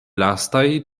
lastaj